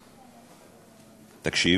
תקשיב,